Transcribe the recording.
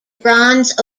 bronze